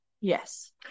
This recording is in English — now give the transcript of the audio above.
yes